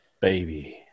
Baby